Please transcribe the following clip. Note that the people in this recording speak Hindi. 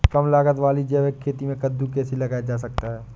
कम लागत वाली जैविक खेती में कद्दू कैसे लगाया जा सकता है?